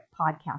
podcast